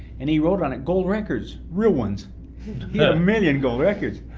and he wrote on it, gold records real ones yeah million gold records.